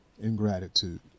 ingratitude